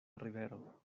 rivero